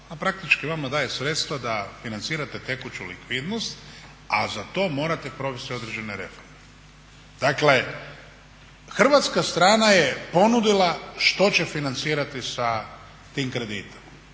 praktički vama daje sredstva da financirate tekuću likvidnost, a za to morate provesti određene reforme. Dakle hrvatska strana je ponudila što će financirati sa tim kreditom.